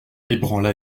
ébranla